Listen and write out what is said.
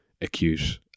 acute